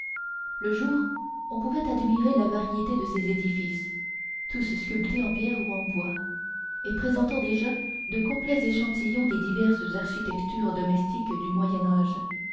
le jour on pouvait admirer la variété de ses édifices tous sculptés en pierre ou en bois et présentant déjà de complets échantillons des diverses architectures domestiques du